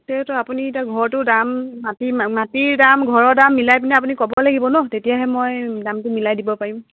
তাকেইতো আপুনি এতিয়া ঘৰটোৰ দাম মাটি মাটিৰ দাম ঘৰৰ দাম মিলাই পিনাই আপুনি ক'ব লাগিব ন তেতিয়াহে মই দামটো মিলাই দিব পাৰিম